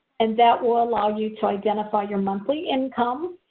and that will allow you to identify your monthly income,